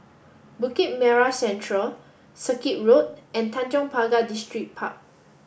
Bukit Merah Central Circuit Road and Tanjong Pagar Distripark